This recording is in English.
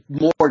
more